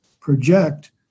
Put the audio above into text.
project